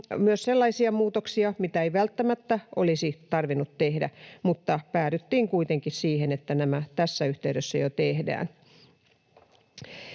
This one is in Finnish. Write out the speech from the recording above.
myös sellaisia muutoksia, mitä ei välttämättä olisi tarvinnut tehdä, mutta päädyttiin kuitenkin siihen, että nämä tässä yhteydessä jo tehdään.